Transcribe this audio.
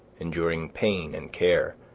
enduring pain and care,